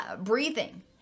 breathing